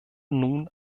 nun